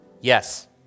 Yes